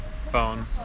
phone